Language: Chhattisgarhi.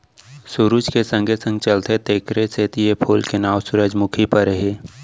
सुरूज के संगे संग चलथे तेकरे सेती ए फूल के नांव सुरूजमुखी परे हे